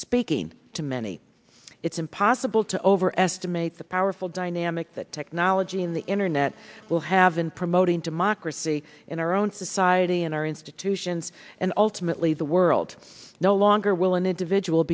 speaking to many it's impossible to overestimate the powerful dynamic that technology in the internet will have been promoting democracy in our own society and our institutions and ultimately the world no longer will an individual